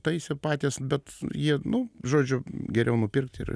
taisė patys bet jie nu žodžiu geriau nupirkti ir